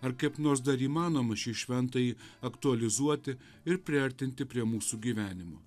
ar kaip nors dar įmanoma šį šventąjį aktualizuoti ir priartinti prie mūsų gyvenimo